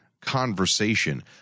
conversation